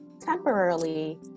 temporarily